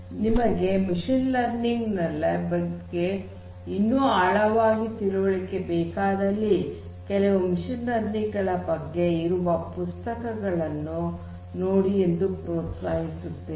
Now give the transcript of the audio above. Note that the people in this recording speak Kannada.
ನಿಮಗೆ ಮಷೀನ್ ಲರ್ನಿಂಗ್ ಬಗ್ಗೆ ಇನ್ನು ಆಳವಾದ ತಿಳುವಳಿಕೆ ಬೇಕಾದಲ್ಲಿ ಕೆಲವು ಮಷೀನ್ ಲರ್ನಿಂಗ್ ನ ಬಗ್ಗೆ ಇರುವ ಪುಸ್ತಕಗಳನ್ನು ನೋಡಿ ಎಂದು ಪ್ರೋತ್ಸಾಹಿಸುತ್ತೇನೆ